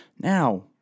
Now